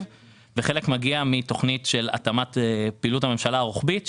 וחלק מגיע מתוכנית של התאמת פעילות הממשלה הרוחבית,